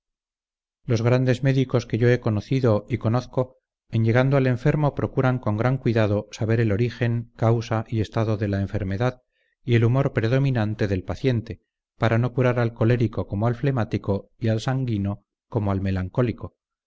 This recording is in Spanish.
los grandes médicos que yo he conocido y conozco en llegando al enfermo procuran con gran cuidado saber el origen causa y estado de la enfermedad y el humor predominante del paciente para no curar al colérico como al flemático y al sanguino como al melancólico